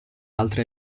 altre